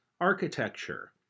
architecture